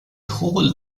hole